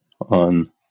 on